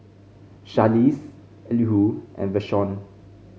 Charlize Elihu and Vashon